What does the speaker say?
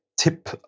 tip